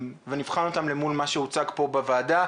ונבחן אותן למול מה שהוצג פה בוועדה.